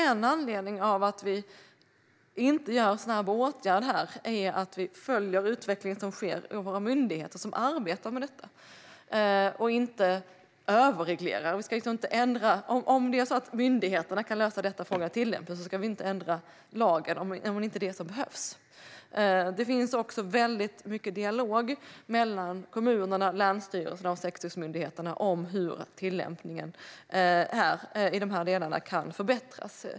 En anledning till att vi inte vidtar en snabb åtgärd här är att vi följer den utveckling som sker i våra myndigheter som arbetar med detta. Vi ska inte överreglera. Om myndigheterna kan lösa frågan om tillämpningen ska vi inte ändra lagen om det inte är det som behövs. Det förs också väldigt mycket dialog mellan kommunerna, länsstyrelserna och sektorsmyndigheterna om hur tillämpningen i de här delarna kan förbättras.